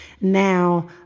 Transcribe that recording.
Now